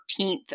13th